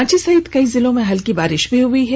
रांची सहित कई जिलों में हल्की बारिश भी हुई है